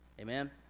Amen